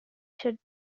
should